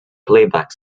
playback